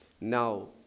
Now